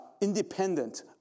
independent